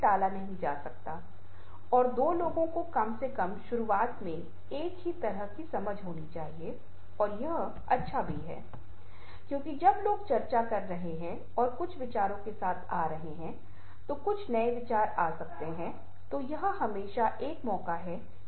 शून्यता किसी को दूसरी तरफ इंतजार कर रही है वे इसके माध्यम से चलने की इच्छा रखते हैं दूसरी तरफ इसलिए कई अन्य अर्थ उत्पन्न होते हैं